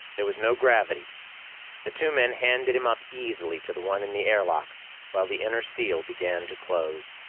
there was no gravity the two men handed him up easily to the one in the airlock while the inner seal began to close.